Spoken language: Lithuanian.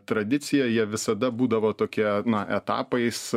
tradiciją jie visada būdavo tokie na etapais